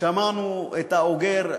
שמענו את האוגר,